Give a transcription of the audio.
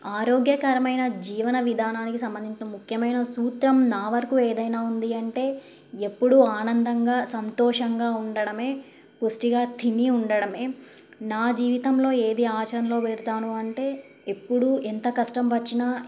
ఆరోగ్యకరమైన జీవన విధానానికి సంబంధించిన ముఖ్యమైన సూత్రం నా వరకు ఏదైనా ఉంది అంటే ఎప్పుడూ ఆనందంగా సంతోషంగా ఉండడమే పుష్టిగా తిని ఉండడమే నా జీవితంలో ఏది ఆచరంలో పెడతాను అంటే ఎప్పుడూ ఎంత కష్టం వచ్చినా